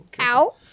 Ow